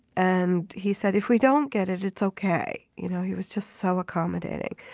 and he said, if we don't get it, it's okay you know he was just so accommodating.